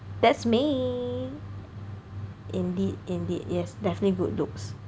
that's me indeed indeed yes definitely good looks